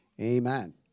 Amen